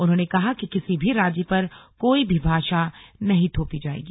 उन्होंने कहा कि किसी भी राज्य पर कोई भी भाषा नहीं थोपी जाएगी